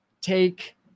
take